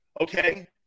okay